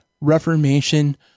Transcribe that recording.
Reformation